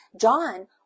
John